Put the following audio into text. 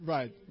Right